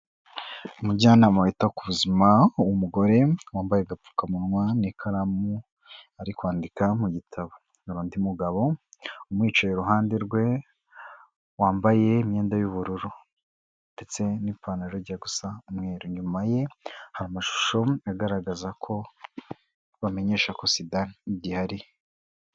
Umujyanama wita ku buzima w'umugore wambaye agapfukamunwa n'ikaramu ari kwandika mu gitabo, hari undi mugabo umwicaye iruhande rwe wambaye imyenda y'ubururu ndetse n'ipantaro ijya gusa umweru, inyuma ye hari amashusho agaragaza ko bamenyesha ko sida igihari.